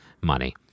money